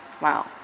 Wow